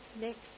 next